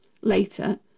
Later